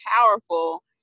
powerful